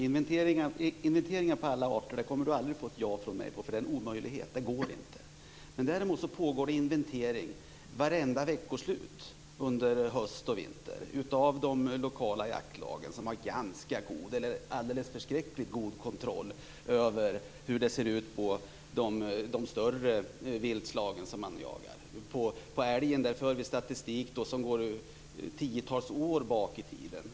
Herr talman! Jag kommer aldrig att säga ja till en inventering av alla arter. Det är en omöjlighet. Det går inte. Men däremot pågår det inventeringar varenda veckoslut under höst och vinter. Det är de lokala jaktlagen som har en mycket god kontroll över hur det ser ut för de större viltslagen som man jagar. Vi för statistik över älgen som går tiotals år bakåt i tiden.